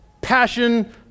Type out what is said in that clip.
Passion